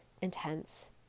intense